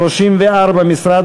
סעיף 34, משרד